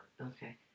Okay